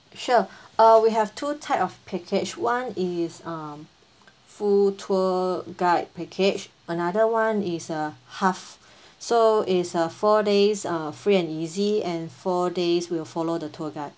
sure uh we have two type of package one is um full tour guide package another one is uh half so is a four days uh free and easy and four days will follow the tour guide